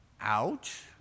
Ouch